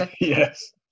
Yes